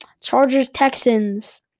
Chargers-Texans